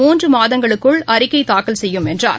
மூன்றுமாதத்திற்குள் அறிக்கைதாக்கல் செய்யும் என்றார்